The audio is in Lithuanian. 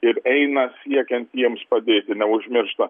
ir eina siekiant jiems padėti neužmiršta